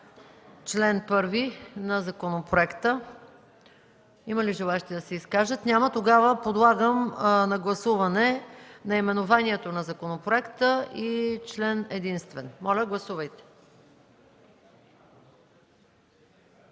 член единствен на законопроекта. Има ли желаещи да се изкажат? Няма. Подлагам на гласуване наименованието на законопроекта и член единствен. Моля, гласувайте.